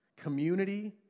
Community